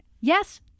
Yes